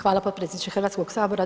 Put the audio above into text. Hvala potpredsjedniče HS-a.